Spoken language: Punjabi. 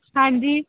ਹਾਂਜੀ